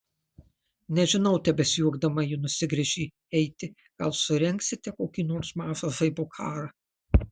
nežinau tebesijuokdama ji nusigręžė eiti gal surengsite kokį nors mažą žaibo karą